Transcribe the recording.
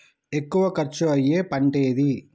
ఎక్కువ ఖర్చు అయ్యే పంటేది?